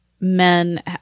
Men